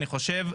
אני חושב,